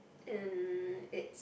and it's